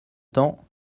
temps